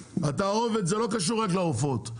התערובת זה לא קשור רק לעופות,